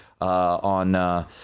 On